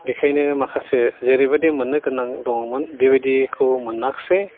बेखायनो माखासे जेरैबायदि मोननो गोनां दङोमोन बेबायदिखौ मोनाखिसै